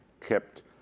kept